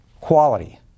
quality